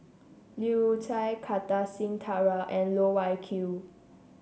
Leu Chye Kartar Singh Thakral and Loh Wai Kiew